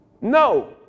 No